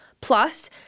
Plus